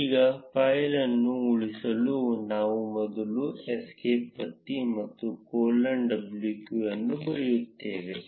ಈಗ ಫೈಲ್ ಅನ್ನು ಉಳಿಸಲು ನಾವು ಮೊದಲು ಎಸ್ಕೇಪ್ ಒತ್ತಿ ಮತ್ತು ಕೊಲೊನ್ w q ಅನ್ನು ಬರೆಯುತ್ತೇವೆ